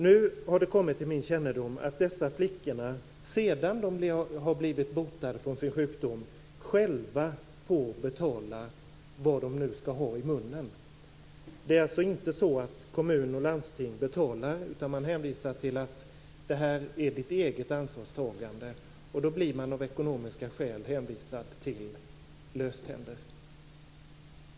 Nu har det kommit till min kännedom att dessa flickor sedan de har blivit botade från sin sjukdom själva får betala det de skall ha i munnen. Kommun och landsting betalar inte. Man hänvisar till att det är flickornas eget ansvar. Då blir de av ekonomiska skäl hänvisade till löständer.